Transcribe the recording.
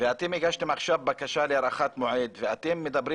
אתם הגשתם עכשיו בקשה להארכת מועד ואתם מדברים